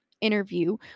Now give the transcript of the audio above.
interview